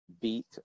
beat